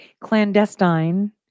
clandestine